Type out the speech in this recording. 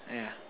yeah